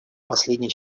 последней